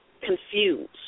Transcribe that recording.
confused